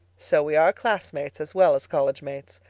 so we are classmates as well as collegemates.